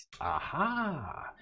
Aha